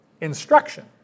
instruction